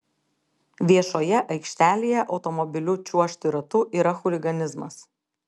viešoje aikštelėje automobiliu čiuožti ratu yra chuliganizmas